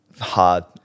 hard